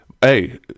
hey